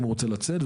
אם הוא רוצה לצאת,